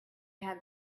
had